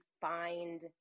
find